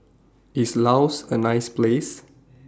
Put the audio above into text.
IS Laos A nice Place